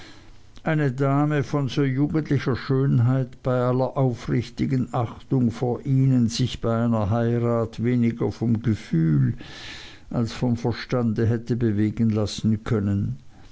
eine dame von so jugendlicher schönheit bei aller aufrichtigen achtung vor ihnen sich bei einer heirat weniger vom gefühl als vom verstande hätte bewegen lassen können